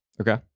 okay